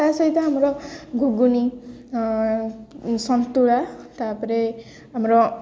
ତା' ସହିତ ଆମର ଘୁଗୁନି ସନ୍ତୁଳା ତା'ପରେ ଆମର